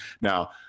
Now